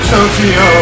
Tokyo